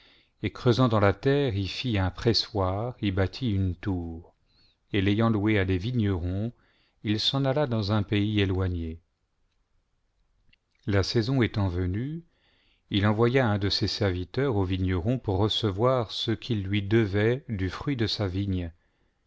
et creusant dans la terre y fit un pressoir y bâtit une tour et l'ayant louée à des vignerons il s'en alla dans un pays éloigné la saison étant venue il envoya un de ses serviteurs aux vignerons pour recevoir ce quils lui devaient du fruit de sa vigne